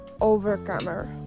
Overcomer